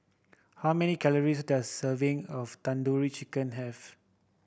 how many calories does a serving of Tandoori Chicken have